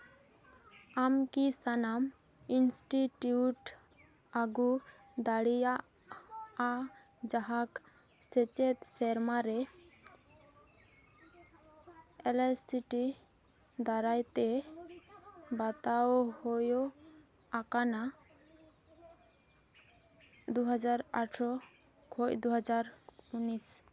ᱟᱢ ᱠᱤ ᱥᱟᱱᱟᱢ ᱤᱱᱥᱴᱤᱴᱤᱭᱩᱴ ᱟᱹᱜᱩ ᱫᱟᱲᱮᱭᱟᱜᱼᱟ ᱡᱟᱦᱟᱸ ᱠᱚ ᱥᱮᱪᱮᱫ ᱥᱮᱨᱢᱟ ᱨᱮ ᱮᱞᱟᱭᱥᱤᱴᱤ ᱫᱟᱨᱟᱭ ᱛᱮ ᱵᱟᱛᱟᱣ ᱦᱳᱭᱳᱜ ᱟᱠᱟᱱᱟ ᱫᱩ ᱦᱟᱡᱟᱨ ᱟᱴᱷᱟᱨᱚ ᱠᱷᱚᱱ ᱫᱩ ᱦᱟᱡᱟᱨ ᱩᱱᱤᱥ